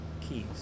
Keys